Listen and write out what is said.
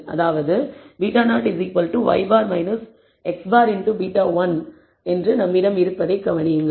அதாவது β0 y̅ x̅ into β1 என்று நம்மிடம் இருப்பதைப் கவனியுங்கள்